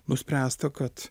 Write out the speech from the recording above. nuspręsta kad